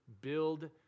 build